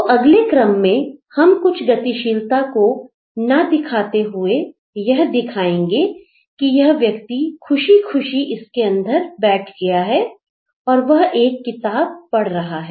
तो अगले क्रम में हम कुछ गतिशीलता को ना दिखाते हुए यह दिखाएंगे कि यह व्यक्ति खुशी खुशी इसके अंदर बैठ गया है और वह एक किताब पढ़ रहा है